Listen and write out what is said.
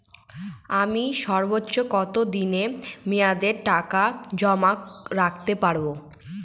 আমি সর্বোচ্চ কতদিনের মেয়াদে টাকা জমা রাখতে পারি?